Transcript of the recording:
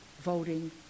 voting